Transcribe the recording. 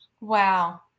Wow